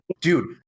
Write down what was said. Dude